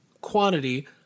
quantity